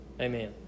Amen